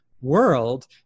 world